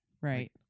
Right